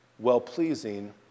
well-pleasing